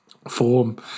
Form